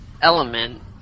element